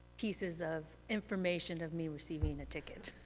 pieces of information of me receiving a ticket.